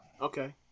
Okay